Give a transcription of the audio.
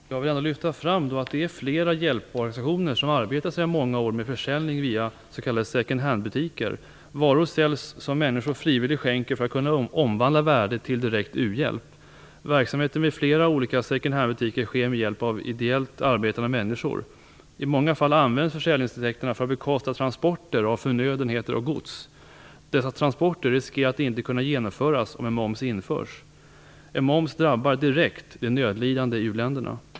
Herr talman! Jag vill gärna lyfta fram det faktum att flera hjälporganisationer sedan många år arbetar med försäljning via s.k. second-hand-butiker. Där säljs varor som människor frivilligt skänker för att värdet skall kunna omvandlas till direkt u-hjälp. Verksamheten vid flera olika second-hand-butiker sker med hjälp av ideellt arbetande människor. I många fall används försäljningsintäkterna för att bekosta transporter av förnödenheter och gods. Dessa transporter riskerar att inte kunna genomföras om en moms införs. En moms drabbar direkt de nödlidande i u-länderna.